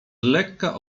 lekka